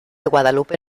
guadalupe